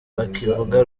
bakivuga